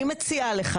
אני מציעה לך,